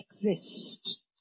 exist